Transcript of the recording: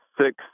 Six